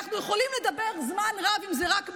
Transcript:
אנחנו יכולים לדבר זמן רב אם זה רק מיליונים,